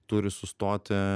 turi sustoti